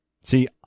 See